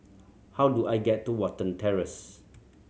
how do I get to Watten Terrace